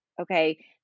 Okay